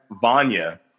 Vanya